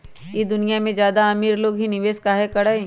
ई दुनिया में ज्यादा अमीर लोग ही निवेस काहे करई?